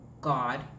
God